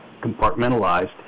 compartmentalized